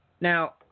Now